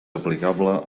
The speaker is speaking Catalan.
aplicable